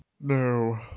No